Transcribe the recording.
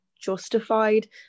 justified